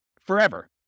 forever